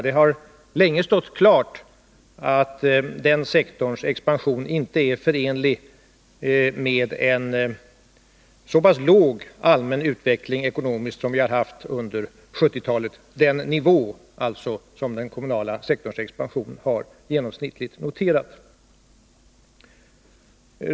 Det har länge stått klart att den expansionsnivå som den kommunala sektorn Nr 30 genomsnittligt har noterat inte är förenlig med en så pass låg allmän ekonomisk utveckling som vi har haft under 1970-talet.